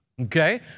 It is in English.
okay